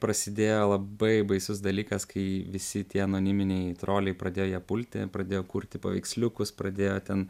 prasidėjo labai baisus dalykas kai visi tie anoniminiai troliai pradėjo ją pulti pradėjo kurti paveiksliukus pradėjo ten